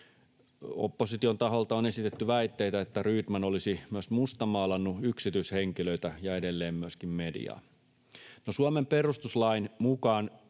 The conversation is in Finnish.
Opposition taholta on esitetty väitteitä, että Rydman olisi myös mustamaalannut yksityishenkilöitä ja edelleen myöskin mediaa. No, Suomen perustuslain mukaan